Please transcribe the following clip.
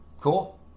Cool